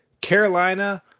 Carolina